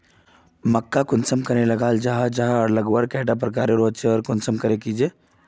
मक्का कुंसम करे लगा जाहा जाहा आर लगवार कैडा प्रकारेर होचे लगवार संगकर की झे?